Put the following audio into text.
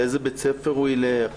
לאיזה בית ספר הוא ילך,